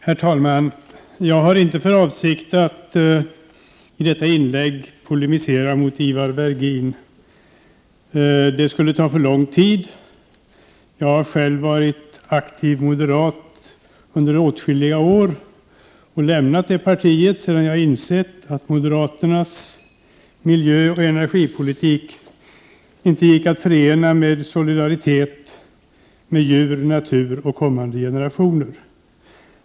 Herr talman! Jag har inte för avsikt att i detta inlägg polemisera mot Ivar Virgin. Det skulle ta för lång tid. Jag har själv varit aktiv moderat under åtskilliga år och lämnat det partiet sedan jag insett att moderaternas miljöoch energipolitik inte gick att förena med solidaritet med djur, natur och kommande generationer.